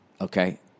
okay